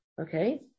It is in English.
okay